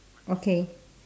okay